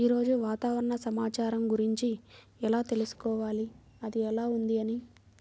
ఈరోజు వాతావరణ సమాచారం గురించి ఎలా తెలుసుకోవాలి అది ఎలా ఉంది అని?